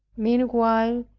meanwhile,